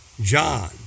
John